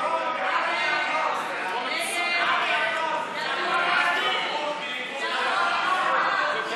ההצעה להעביר לוועדה את הצעת חוק התרבות והאמנות (תיקון,